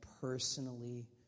personally